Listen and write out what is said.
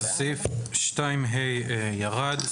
אז סעיף 2ה ירד.